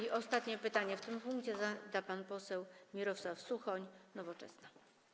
I ostatnie pytanie w tym punkcie zada pan poseł Mirosław Suchoń, Nowoczesna.